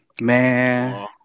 man